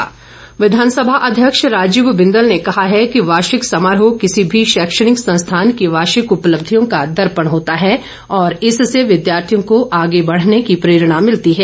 बिंदल विधानसभा अध्यक्ष राजीव बिंदल ने कहा है कि वार्षिक समारोह किसी भी शैक्षणिक संस्थान की वार्षिक उपलब्धियों का दर्पण होता है और इससे विद्यार्थियों को आगे बढ़ने की प्रेरणा मिलती है